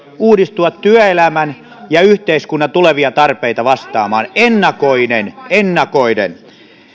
uudistua työelämän ja yhteiskunnan tulevia tarpeita vastaamaan ennakoiden ennakoiden